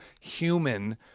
human